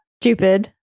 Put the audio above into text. stupid